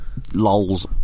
Lols